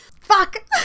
Fuck